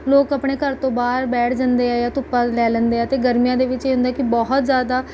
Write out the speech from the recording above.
ਲੋਕ ਆਪਣੇ ਘਰ ਤੋਂ ਬਾਹਰ ਬੈਠ ਜਾਂਦੇ ਹੈ ਜਾਂ ਧੁੱਪਾਂ ਲੈ ਲੈਂਦੇ ਹੈ ਅਤੇ ਗਰਮੀਆਂ ਦੇ ਵਿੱਚ ਇਹ ਹੁੰਦਾ ਹੈ ਕਿ ਬਹੁਤ ਜ਼ਿਆਦਾ